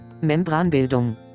Membranbildung